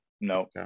no